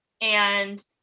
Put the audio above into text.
and-